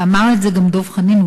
ואמר את זה גם דב חנין,